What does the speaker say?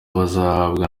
bazahabwa